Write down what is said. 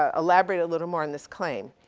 ah elaborate a little more on this claim.